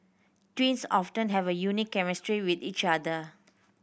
twins often have a unique chemistry with each other